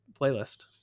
playlist